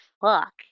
fuck